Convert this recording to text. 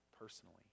personally